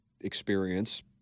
experience